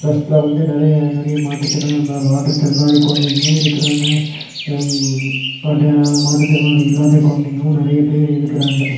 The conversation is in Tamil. ட்ரஸ்ட்டில் வந்து நிறைய நிறைய மாட்டுத்திற மாற்றுத்திறனாளி குழந்தைகளும் இருக்கிறாங்க பட்டு மாற்றுத்திறனாளி இல்லாத குழந்தைங்களும் நிறைய பேர் இருக்கிறாங்க